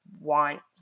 want